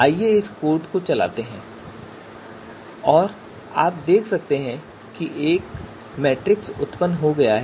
आइए हम इस कोड को चलाते हैं और आप देख सकते हैं कि मैट्रिक्स उत्पन्न हो गया है